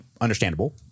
understandable